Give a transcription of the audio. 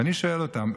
ואני שואל אותם: